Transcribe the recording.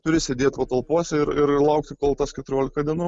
turi sėdėt patalpose ir ir laukti kol tas keturiolika dienų